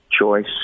choice